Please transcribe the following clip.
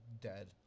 dead